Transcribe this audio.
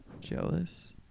jealous